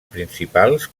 principals